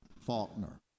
Faulkner